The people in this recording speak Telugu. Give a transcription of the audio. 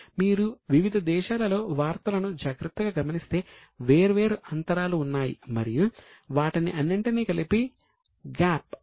మీరు వివిధ దేశాలలో వార్తలను జాగ్రత్తగా గమనిస్తే వేర్వేరు అంతరాలు ఉన్నాయి మరియు వాటిని అన్నింటినీ కలిపి GAAP అంటారు